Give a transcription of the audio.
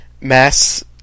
mass